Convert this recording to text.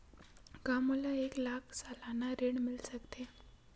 का मोला एक लाख सालाना ऋण मिल सकथे?